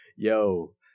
Yo